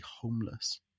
homeless